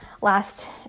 last